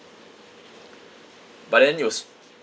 but then it was